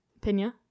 Pinya